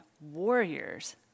warriors